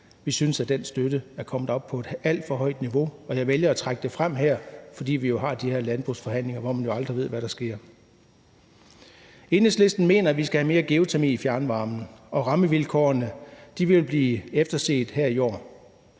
Vi synes, at den støtte er kommet op på et alt for højt niveau. Jeg vælger at trække det frem her, fordi vi jo har de her landbrugsforhandlinger, hvor man aldrig ved, hvad der sker. Enhedslisten mener, at vi skal have mere geotermi i fjernvarmen, og rammevilkårene vil blive efterset her i år.